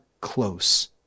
close